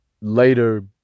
later